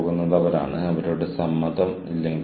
സ്ഥാപനങ്ങൾക്ക് അവരുടേതായ വ്യക്തിഗത ഐഡന്റിറ്റി ഉണ്ട്